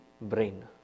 brain